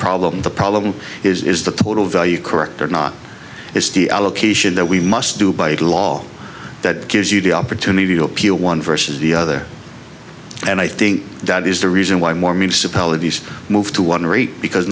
problem the problem is the total value correct or not it's the allocation that we must do by law that gives you the opportunity to appeal one versus the other and i think that is the reason why more municipalities move to one rate because